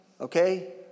okay